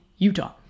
Utah